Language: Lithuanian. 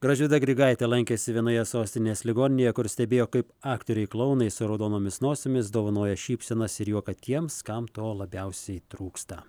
gražvyda grigaitė lankėsi vienoje sostinės ligoninėje kur stebėjo kaip aktoriai klounai su raudonomis nosimis dovanoja šypsenas ir juoką tiems kam to labiausiai trūksta